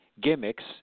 gimmicks